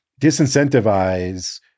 disincentivize